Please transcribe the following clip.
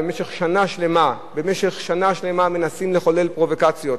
במשך שנה שלמה מנסים לחולל פרובוקציות,